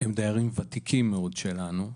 הם דיירים ותיקים מאוד שלנו.